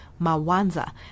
Mawanza